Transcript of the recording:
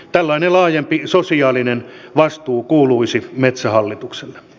tällainen laajempi sosiaalinen vastuu kuuluisi metsähallitukselle